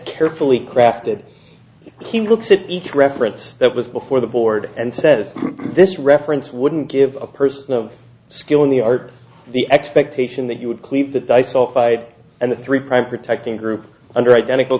carefully crafted he looks at each reference that was before the board and says this reference wouldn't give a person of skill in the art the expectation that you would cleave that i saw fight and the three private texting group under identical